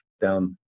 down